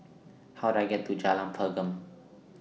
How Do I get to Jalan Pergam